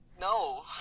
no